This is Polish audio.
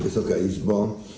Wysoka Izbo!